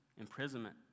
imprisonment